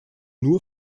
nur